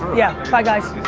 yeah, bye guys.